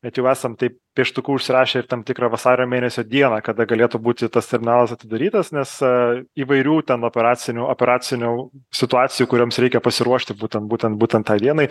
net jau esam taip pieštuku užsirašę ir tam tikrą vasario mėnesio dieną kada galėtų būti tas terminalas atidarytas nes a įvairių ten operacinių operacinių situacijų kurioms reikia pasiruošti būtent būtent būtent tai dienai